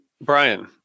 Brian